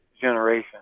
generation